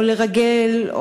או לרגל,